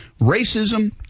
Racism